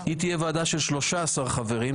היא תהיה ועדה של 13 חברים.